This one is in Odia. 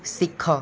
ଶିଖ